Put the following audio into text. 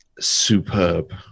superb